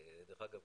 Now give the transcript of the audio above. דרך אגב,